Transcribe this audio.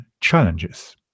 challenges